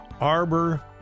Arbor